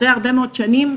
אחרי הרבה מאוד שנים,